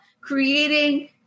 creating